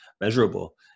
measurable